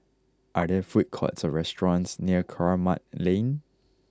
are there food courts or restaurants near Kramat Lane